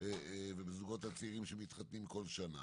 ובזוגות הצעירים שמתחתנים כל שנה